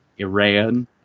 Iran